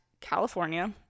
California